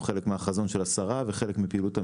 חלק מהחזון של השרה וחלק מפעילות המשרד.